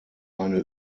eine